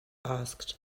asked